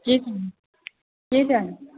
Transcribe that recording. की चाही की चाही